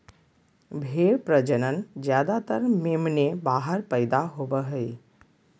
भेड़ प्रजनन ज्यादातर मेमने बाहर पैदा होवे हइ